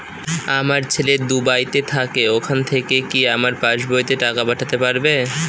আমার ছেলে দুবাইতে থাকে ওখান থেকে কি আমার পাসবইতে টাকা পাঠাতে পারবে?